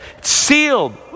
sealed